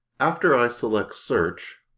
after i select search,